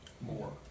more